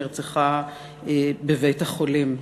נרצחה בבית-החולים.